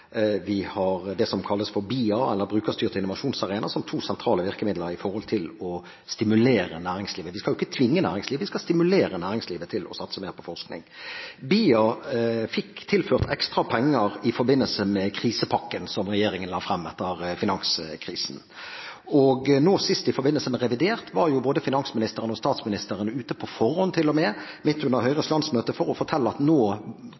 vi har det som kalles for BIA, eller Brukerstyrt innovasjonsarena, som to sentrale virkemidler for å stimulere næringslivet. Vi skal jo ikke tvinge næringslivet, vi skal stimulere næringslivet til å satse mer på forskning. BIA fikk tilført ekstra penger i forbindelse med krisepakken som regjeringen la frem etter finanskrisen. Nå sist i forbindelse med revidert nasjonalbudsjett var jo både finansministeren og statsministeren ute på forhånd til og med, midt under Høyres landsmøte, for å fortelle at nå